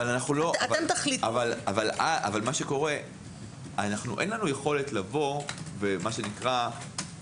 אין לנו יכולת לבוא ולדעת